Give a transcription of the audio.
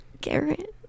Garrett